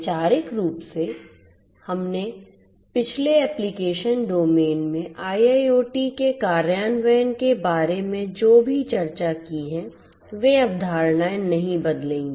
वैचारिक रूप से हमने पिछले एप्लिकेशन डोमेन में IIoT के कार्यान्वयन के बारे में जो भी चर्चा की है वे अवधारणाएं नहीं बदलेंगी